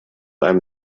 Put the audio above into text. einem